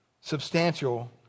substantial